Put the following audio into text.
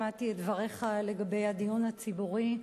שמעתי את דבריך לגבי הדיון הציבורי.